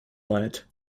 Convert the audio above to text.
lead